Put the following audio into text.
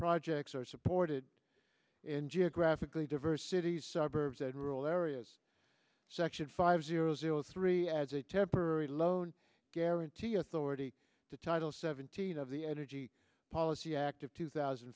projects are supported in geographically diverse cities suburbs and rural areas section five zero zero three as a temporary loan guarantee authority to title seventeen of the energy policy act of two thousand